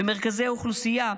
למרכזי אוכלוסייה,